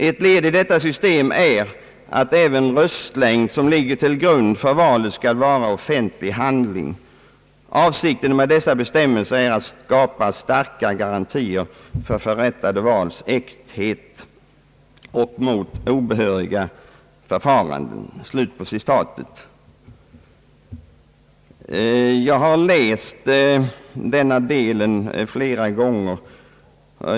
Ett led i detta system är, att även röstlängd, som ligger till grund för valet, skall vara offentlig handling. Avsikten med dessa bestämmelser är att skapa starka garantier för förrättade vals äkthet och mot obehöriga förfaranden.» Jag har läst detta avsnitt flera gånger.